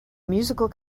musical